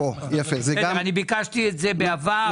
אני ביקשתי את זה בעבר,